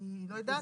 אני לא יודעת,